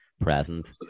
present